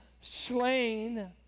slain